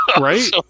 Right